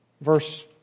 verse